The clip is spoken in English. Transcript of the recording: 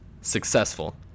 successful